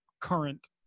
current